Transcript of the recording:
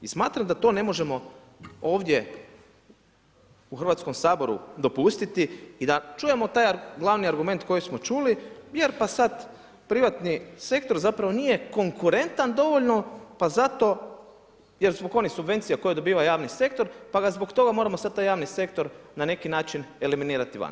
I smatram da to ne možemo ovdje u Hrvatskom saboru dopustiti i da čujemo taj glavni argument koji smo čuli, jer pa sad privatni sektor zapravo nije konkurentan dovoljno zato jer zbog onih subvencija koje dobiva javni sektor pa ga zbog toga moramo sad taj javni sektor eliminirati van.